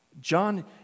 John